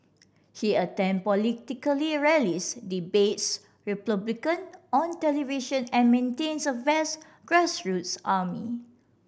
he attend political rallies debates Republicans on television and maintains a vast grassroots army